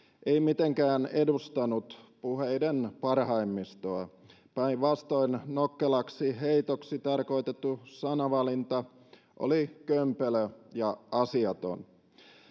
ei mitenkään edustanut puheiden parhaimmistoa päinvastoin nokkelaksi heikoksi tarkoitettu sanavalinta oli kömpelö ja asiaton